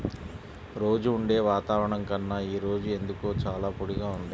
రోజూ ఉండే వాతావరణం కన్నా ఈ రోజు ఎందుకో చాలా పొడిగా ఉంది